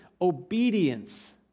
Obedience